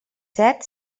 set